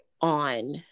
on